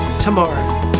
tomorrow